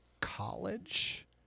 college